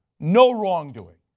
no wrongdoing.